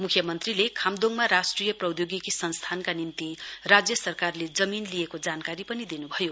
म्ख्यमन्त्रीले खाम्दोङमा राष्ट्रिय प्रौद्योगिकी संस्थानका निम्ति राज्य सरकारले जमीन लिएको जानकारी पनि दिनु भयो